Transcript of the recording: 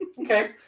Okay